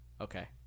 okay